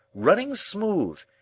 running smooth,